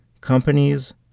Companies